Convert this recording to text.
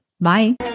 Bye